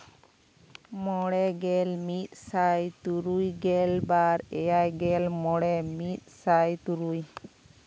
ᱢᱚᱬᱮ ᱜᱮᱞ ᱢᱤᱫ ᱥᱟᱭ ᱛᱩᱨᱩᱭ ᱜᱮᱞ ᱵᱟᱨ ᱮᱭᱟᱭ ᱜᱮ ᱢᱚᱬᱮ ᱢᱤᱫ ᱥᱟᱭ ᱛᱩᱨᱩᱭ